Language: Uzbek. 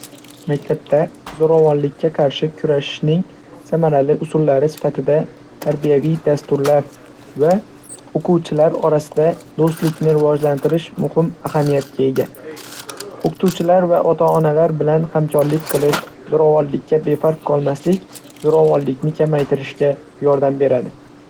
Maktabda zo‘ravonlikka qarshi kurashning samarali usullari sifatida tarbiyaviy dasturlar va o‘quvchilar orasida do‘stlikni rivojlantirish muhim ahamiyatga ega. O‘qituvchilar va ota-onalar bilan hamkorlik qilish, zo‘ravonlikka befarq qolmaslik zo‘ravonlikni kamaytirishga yordam beradi.